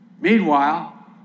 Meanwhile